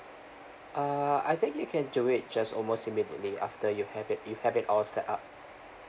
uh I think you can do it just almost immediately after you have it you have it all set up